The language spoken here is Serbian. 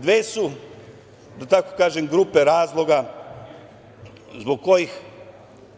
Dve su, da tako kažem, grupe razloga zbog kojih